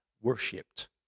worshipped